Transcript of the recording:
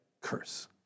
curse